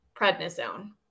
prednisone